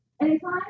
Anytime